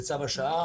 זה צו השעה,